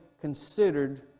considered